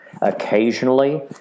Occasionally